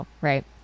right